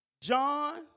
John